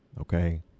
okay